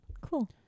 Cool